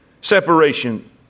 Separation